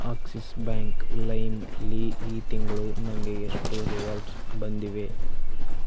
Axis bank ಲೈಮಲ್ಲಿ ಈ ತಿಂಗಳು ನನಗೆ ಎಷ್ಟು ರಿವಾರ್ಡ್ಸ್ ಬಂದಿವೆ